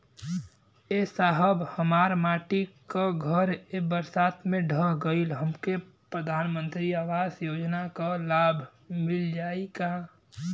ए साहब हमार माटी क घर ए बरसात मे ढह गईल हमके प्रधानमंत्री आवास योजना क लाभ मिल जाई का?